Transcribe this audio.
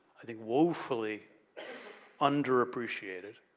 i think, woefully underappreciated.